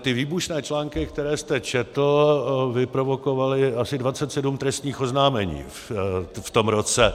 Ty výbušné články, které jste četl, vyprovokovaly asi 27 trestních oznámení v tom roce.